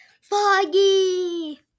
Foggy